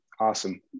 Awesome